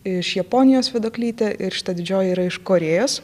iš japonijos vėduoklytė ir šita didžioji yra iš korėjos